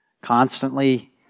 constantly